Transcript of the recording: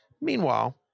Meanwhile